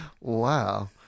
Wow